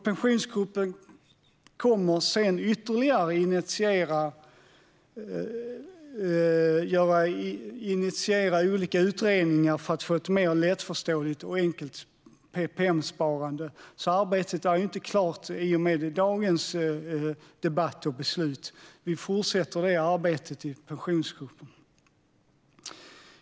Pensionsgruppen kommer sedan ytterligare att initiera olika utredningar för att få ett mer lättförståeligt och enkelt PPM-sparande. Arbetet är inte klart i och med dagens debatt och beslut. Vi fortsätter det arbetet i Pensionsgruppen.